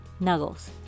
Nuggles